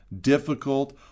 difficult